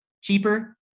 cheaper